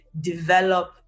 develop